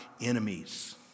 enemies